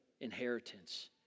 inheritance